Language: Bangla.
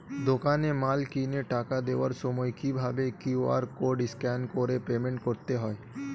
দোকানে মাল কিনে টাকা দেওয়ার সময় কিভাবে কিউ.আর কোড স্ক্যান করে পেমেন্ট করতে হয়?